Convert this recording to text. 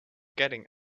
getting